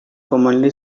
commonly